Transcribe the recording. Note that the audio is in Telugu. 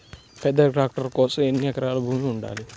పెద్ద ట్రాక్టర్ కోసం ఎన్ని ఎకరాల భూమి ఉండాలి?